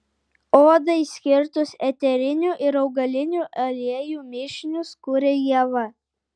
odai skirtus eterinių ir augalinių aliejų mišinius kuria ieva